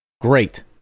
Great